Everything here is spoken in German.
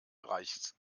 reichs